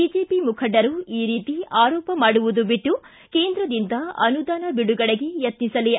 BJP ಮುಖಂಡರು ಈ ರೀತಿ ಆರೋಪ ಮಾಡುವುದು ಬಿಟ್ಟು ಕೇಂದ್ರದಿಂದ ಅನುದಾನ ಬಿಡುಗಡೆಗೆ ಯತ್ನಿಸಲಿ